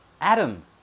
Adam